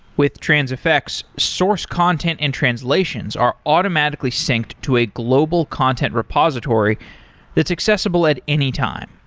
with transifex, source content and translations are automatically synced to a global content repository that's accessible at any time.